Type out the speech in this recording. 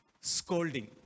scolding